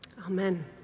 Amen